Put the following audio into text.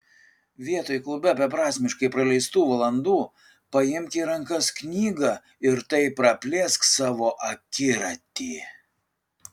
vietoj klube beprasmiškai praleistų valandų paimk į rankas knygą ir taip praplėsk savo akiratį